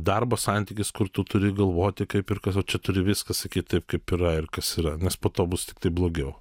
darbo santykis kur tu turi galvoti kaip ir kas o čia turi viską sakyt taip kaip yra ir kas yra nes po to bus tiktai blogiau